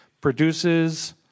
produces